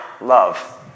Love